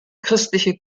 christliche